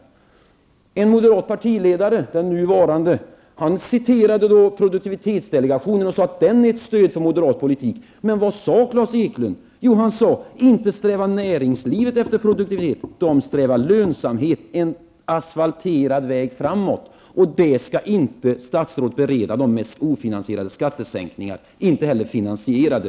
Den nuvarande moderata partiledaren citerade produktivitetsdelegationen och sade att den är ett stöd för moderat politik. Men vad sade Klas Eklund? Jo, han sade att inte strävar näringslivet efter produktivitet. Det strävar efter lönsamhet, en asfalterad väg framåt. Det skall inte statsrådet bereda med ofinansierade skattesänkningar, inte heller med finansierade.